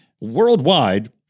worldwide